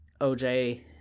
OJ